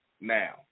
now